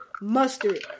mustard